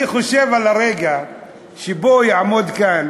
אני חושב על הרגע שבו יעמוד כאן